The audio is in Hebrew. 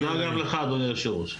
תודה גם לך אדוני היושב-ראש.